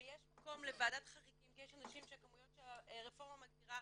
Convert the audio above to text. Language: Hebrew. ויש מקום לוועדת חריגים כי יש אנשים שהכמויות שהרפורמה מגדירה